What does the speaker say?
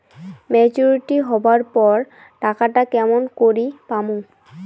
Maturity হবার পর টাকাটা কেমন করি পামু?